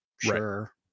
sure